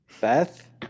Beth